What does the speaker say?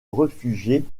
réfugiés